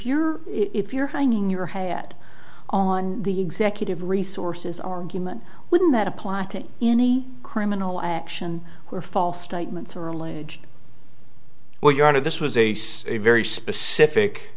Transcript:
you're if you're hanging your hat on the executive resources argument wouldn't that apply to any criminal action where false statements are alleged what you are this was a very specific